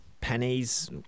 pennies